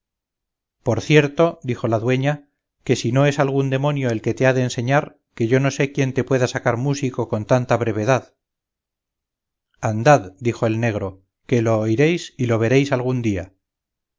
por cierto dijo la dueña que si no es algún demonio el que te ha de enseñar que yo no sé quién te pueda sacar músico con tanta brevedad andad dijo el negro que lo oiréis y lo veréis algún día